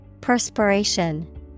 Perspiration